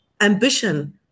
ambition